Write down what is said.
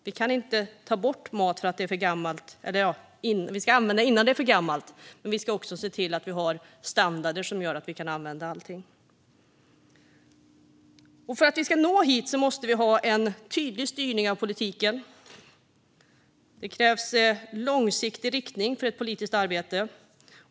Vi ska använda maten innan den är för gammal, men vi ska också se till att vi har standarder som gör att vi kan använda allting. För att vi ska nå hit måste vi ha en tydlig styrning av politiken. Det krävs en långsiktig riktning på ett politiskt arbete.